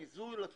כי זו לקונה